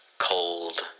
cold